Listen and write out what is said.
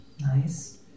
nice